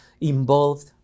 involved